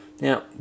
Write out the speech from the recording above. Now